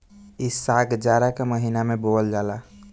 इ साग जाड़ा के महिना में बोअल जाला